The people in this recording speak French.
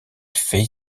faits